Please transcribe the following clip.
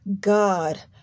God